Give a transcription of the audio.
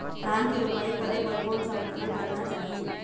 धान के रोपाई करे बर कोन सा उपकरण करना चाही?